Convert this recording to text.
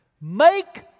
Make